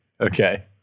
Okay